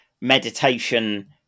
meditation